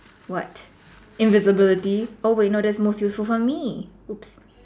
what invisibility oh wait that's most useful for me oops